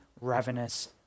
ravenous